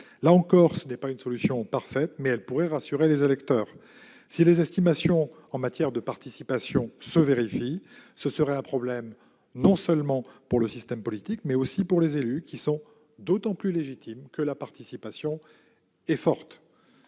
Là encore, ce n'est pas une solution parfaite, mais cela pourrait rassurer les électeurs. Si les estimations en matière de participation se vérifiaient, ce serait un problème non seulement pour le système politique, mais aussi pour les élus qui sont d'autant plus légitimes que la participation est forte.